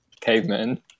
caveman